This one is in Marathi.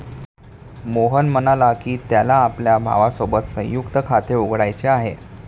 मोहन म्हणाला की, त्याला आपल्या भावासोबत संयुक्त खाते उघडायचे आहे